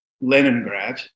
Leningrad